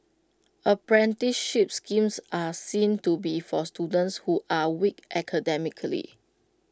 apprenticeship schemes are seen to be for students who are weak academically